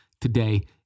today